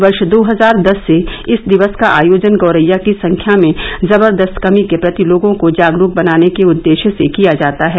वर्ष दो हजार दस से इस दिवस का आयोजन गोरैया की संख्या में जबरदस्त कमी के प्रति लोगों को जागरुक बनाने के उद्देश्य से किया जाता है